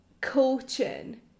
coaching